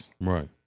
Right